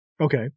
Okay